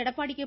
Edappadi K